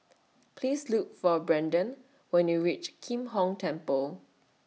Please Look For Braiden when YOU REACH Kim Hong Temple